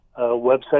website